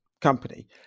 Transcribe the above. company